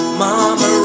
mama